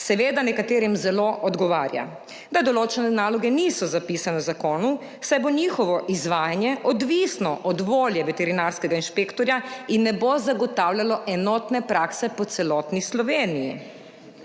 Seveda nekaterim zelo odgovarja, da določene naloge niso zapisane v zakonu, saj bo njihovo izvajanje odvisno od volje veterinarskega inšpektorja in ne bo zagotavljalo enotne prakse po celotni Sloveniji.